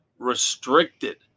restricted